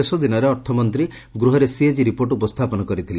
ଶେଷ ଦିନରେ ଅର୍ଥମନ୍ତା ଗୃହରେ ସିଏ ଜି ରିପୋର୍ଟ ଉପସ୍ରାପନ କରିଥିଲେ